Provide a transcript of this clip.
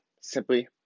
simply